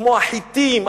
כמו החתים,